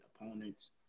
opponents